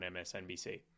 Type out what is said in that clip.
msnbc